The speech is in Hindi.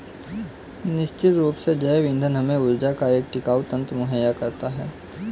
निश्चित रूप से जैव ईंधन हमें ऊर्जा का एक टिकाऊ तंत्र मुहैया कराता है